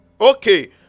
okay